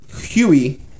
Huey